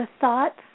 thoughts